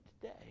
today